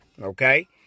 Okay